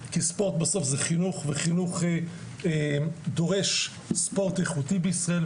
כי ספורט זה חינוך וחינוך דורש ספורט איכותי בישראל.